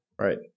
Right